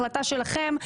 החלטה שלכם,